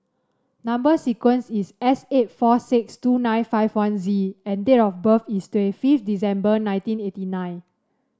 number sequence is S eight four six two nine five one Z and date of birth is twenty fifth December nineteen eighty nine